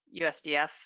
usdf